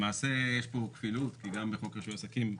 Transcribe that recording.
למעשה יש פה כפילות, כי גם בחוק רישוי עסקים,